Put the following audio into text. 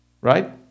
right